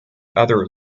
other